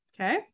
okay